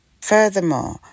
Furthermore